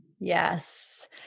Yes